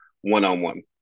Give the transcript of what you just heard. one-on-one